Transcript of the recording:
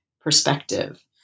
perspective